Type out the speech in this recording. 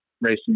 racing